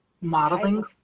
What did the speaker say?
modeling